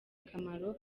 akamaro